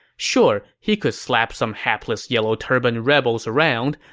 sure he could slap some hapless yellow turban rebels around,